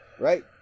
Right